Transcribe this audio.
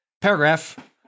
paragraph